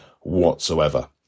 whatsoever